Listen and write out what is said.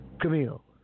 Camille